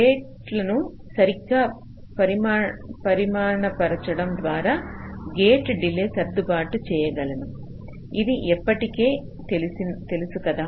గేట్లను సరిగ్గా పరిమాణపరచడం ద్వారా గేట్ డిలే సర్దుబాటు చేయగలను ఇది ఇప్పటికే తెలుసు కదా